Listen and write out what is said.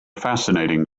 fascinating